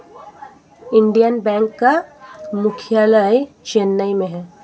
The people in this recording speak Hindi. इंडियन बैंक का मुख्यालय चेन्नई में है